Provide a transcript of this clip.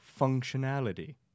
functionality